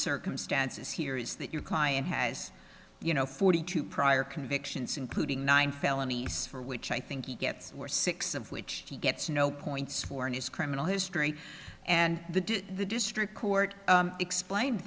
circumstances here is that your client has you know forty two prior convictions including nine felonies for which i think he gets or six of which he gets no points for his criminal history and the district court explained